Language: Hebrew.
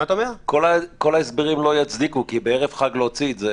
כל ההסברים לא יצדיקו כי בערב חג להוציא את זה